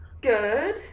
Good